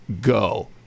go